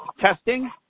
testing